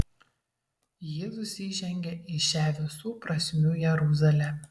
jėzus įžengia į šią visų prasmių jeruzalę